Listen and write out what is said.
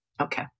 Okay